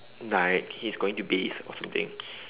like he's going to bathe or something